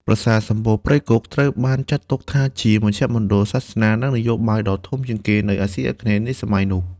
ប្រាសាទសំបូរព្រៃគុក ត្រូវបានចាត់ទុកថាជាមជ្ឈមណ្ឌលសាសនា និងនយោបាយដ៏ធំជាងគេនៅអាស៊ីអាគ្នេយ៍នាសម័យនោះ។